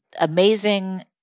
amazing